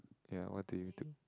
ya what do you do